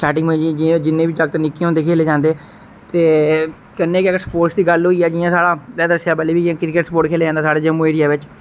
जिन्ने बी जागत निक्के होंदे खेले जंदे ते कन्नै गै अगर स्पोर्टस दी गल्ल होई जां जियां साढ़ा में दस्सेआ है कि इक क्रिकेट स्पोर्ट खेलेआ जंदा ऐ साढ़े जम्मू च